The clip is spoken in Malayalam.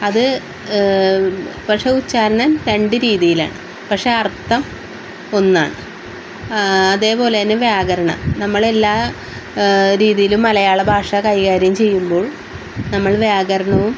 അത് പക്ഷെ ഉച്ചാരണം രണ്ട് രീതിയിലാണ് പക്ഷെ അർത്ഥം ഒന്നാണ് അതേപോലെ തന്നെ വ്യാകരണം നമ്മൾ എല്ലാ രീതിയിലും മലയാള ഭാഷ കൈകാര്യം ചെയ്യുമ്പോൾ നമ്മൾ വ്യാകരണവും